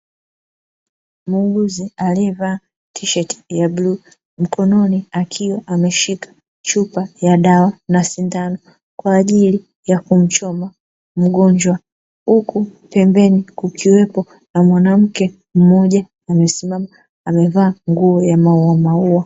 Muuguzi aliyevaa tisheti ya bluu, mkononi akiwa ameshika chupa ya dawa na sindano kwa ajili ya kumchoma mgonjwa, huku pembeni kukiwepo na mwanamke mmoja amesimama, aliyevaa nguo ya mauamaua.